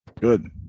Good